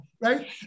right